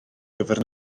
gyfer